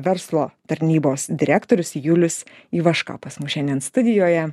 verslo tarnybos direktorius julius ivaška pas mus šiandien studijoje